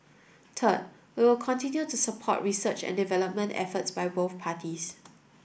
third we'll continue to support research and development efforts by both parties